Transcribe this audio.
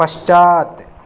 पश्चात्